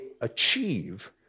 achieve